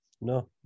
No